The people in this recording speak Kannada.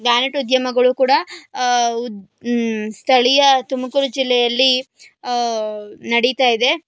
ಗ್ರಾನೈಟ್ ಉದ್ಯಮಗಳು ಕೂಡ ಉದ ಸ್ಥಳೀಯ ತುಮಕೂರು ಜಿಲ್ಲೆಯಲ್ಲಿ ನಡಿತಾ ಇದೆ